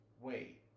Wait